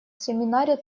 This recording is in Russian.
семинаре